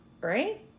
Right